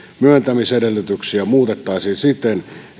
myöntämisedellytyksiä muutettaisiin siten